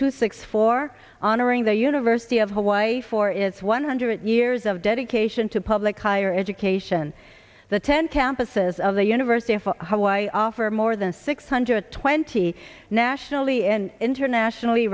two six four honoring the university of hawaii for is one hundred years of dedication to public higher education the ten campuses of the university of hawaii offer more than six hundred twenty nationally and internationally